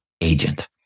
agent